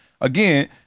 Again